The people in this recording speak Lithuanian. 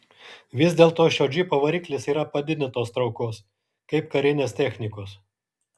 vis dėlto šio džipo variklis yra padidintos traukos kaip karinės technikos